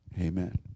Amen